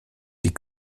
die